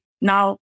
Now